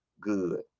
good